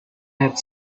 had